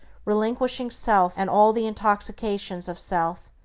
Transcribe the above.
relinquishing self and all the intoxications of self,